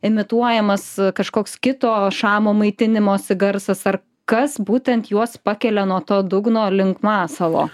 imituojamas kažkoks kito šamo maitinimosi garsas ar kas būtent juos pakelia nuo to dugno link masalo